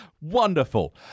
Wonderful